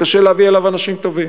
קשה להביא אליו אנשים טובים.